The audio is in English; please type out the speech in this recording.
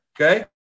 Okay